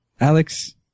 Alex